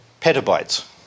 petabytes